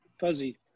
fuzzy